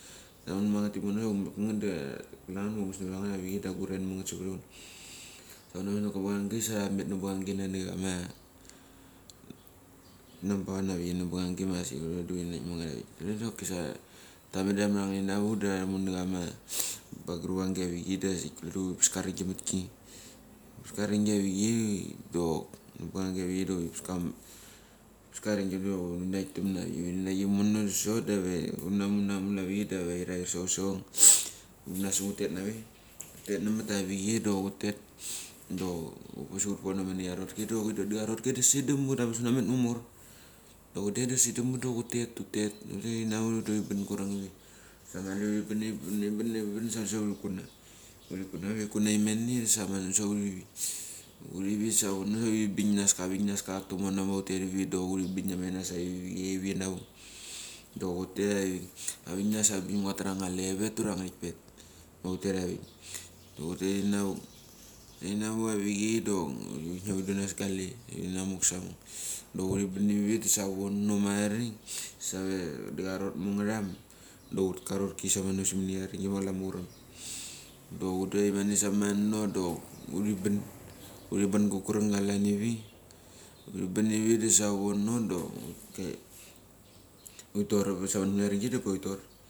Tavang branget imono kanget da kule nget ma hunas navarang nget nget avichei da aguran mangat savarat hut. Sa kule hut avik neka bangangi sa tamet nabangani nani namba wan ma asik huret diva huri naika manget avik. Kule doki sa tamet da tamaranget inavok da tarumuachama ba kuru vangi avchei dok nabangangi avik dak huripes karigi diva huri naik tamna. Huri naik imono da sot, dave hutnumu, nanu namu avichei da va airair SDA hura sochong, hubanaseng hutetnave. Hutet nemata a vichei do hutet dok parasehut pono minia arotki do huri dodem ga rotki da sadem hut ambas hunamet mamor do hutet da sidem hut dok hutel hutet inamuk huri bang kureng ivi. Sa mali huri bani bani ban sa kule sa huri kutna, huri kutna imene da samano sa hurivi, hurivi savono da huribangas ka vingas kak tumono sa hutek ivi do huri bing name ranas avicei ivi navuk. Dok hutet aivik avingnasabik, nguandra nga aleveth ura angirikepth ma hutet ma huteh avik dok hutet inavuk. Hutetarina vut a vichei dok kisnia huri donas ka lechi inamuk samuk. Huri banivi da savono marik save da arotmo angaram da hutel ka rotki sameno samina ama ringai ma klamauram. Dok huri ban ga kuranga klan ivi, uri banari dasavono, hutet samoni huri tar.